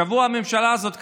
שבוע הממשלה הזאת קיימת,